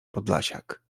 podlasiak